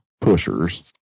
pushers